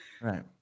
Right